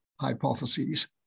hypotheses